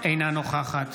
אינה נוכחת